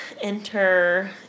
enter